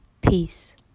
peace